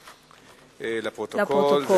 לפרוטוקול.